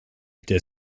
der